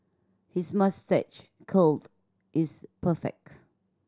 his moustache curl is perfect